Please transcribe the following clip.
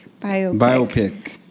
Biopic